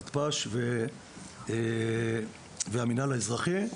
מתפ"ש והמינהל האזרחי.